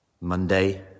Monday